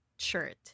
shirt